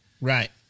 Right